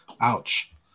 Ouch